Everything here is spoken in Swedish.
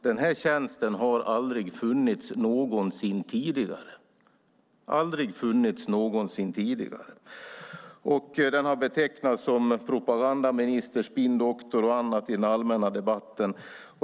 Den här tjänsten har aldrig funnits någonsin tidigare. Den har betecknats som propagandaminister, spinndoktor och annat i den allmänna debatten.